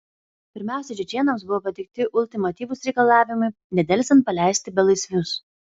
pirmiausia čečėnams buvo pateikti ultimatyvūs reikalavimai nedelsiant paleisti belaisvius